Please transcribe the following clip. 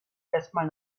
erstmal